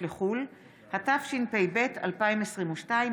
התשפ"ב 2022,